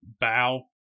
Bow